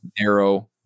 narrow